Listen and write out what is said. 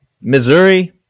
Missouri